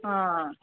आं